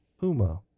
Uma